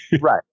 Right